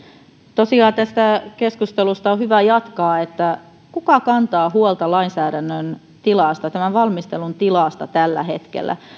tosiaan tästä keskustelusta on hyvä jatkaa kuka kantaa huolta lainsäädännön tilasta tämän valmistelun tilasta tällä hetkellä